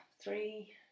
three